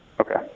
Okay